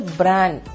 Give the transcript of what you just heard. brand